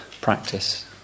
practice